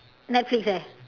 netflix eh